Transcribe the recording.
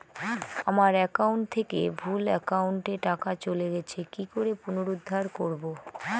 আমার একাউন্ট থেকে ভুল একাউন্টে টাকা চলে গেছে কি করে পুনরুদ্ধার করবো?